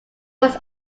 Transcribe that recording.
was